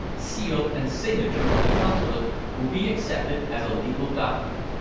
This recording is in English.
seal and signature of the consulate, will be accepted as a legal document.